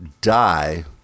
die